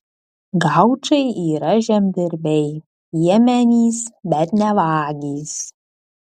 gaučai yra žemdirbiai piemenys bet ne vagys